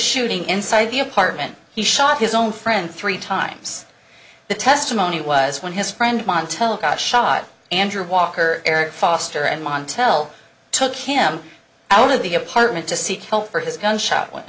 shooting inside the apartment he shot his own friend three times the testimony was when his friend montel got shot andrew walker eric foster and montel took him out of the apartment to seek help for his gunshot